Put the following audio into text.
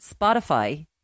Spotify